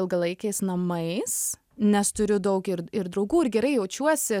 ilgalaikiais namais nes turiu daug ir ir draugų ir gerai jaučiuosi